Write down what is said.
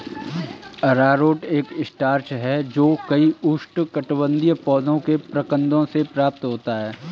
अरारोट एक स्टार्च है जो कई उष्णकटिबंधीय पौधों के प्रकंदों से प्राप्त होता है